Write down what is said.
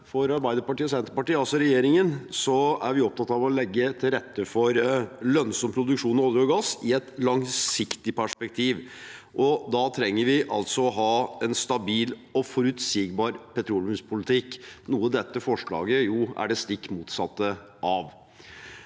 at Arbeiderpartiet og Senterpartiet, altså regjeringen, er opptatt av å legge til rette for lønnsom produksjon av olje og gass i et langsiktig per spektiv. Da trenger vi å ha en stabil og forutsigbar petroleumspolitikk – det stikk motsatte av